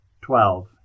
twelve